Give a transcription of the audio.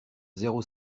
zéro